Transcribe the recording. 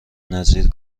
نظیر